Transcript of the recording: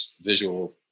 visual